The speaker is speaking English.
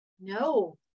no